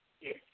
Yes